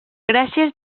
gràcies